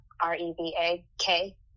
r-e-v-a-k